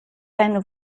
seine